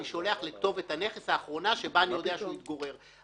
אני שולח לכתובת הנכס האחרונה שבה אני יודע שהוא התגורר.